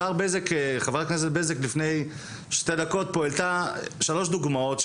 וחברת הכנסת בזק לפני שתי דקות פה העלתה שלוש דוגמאות,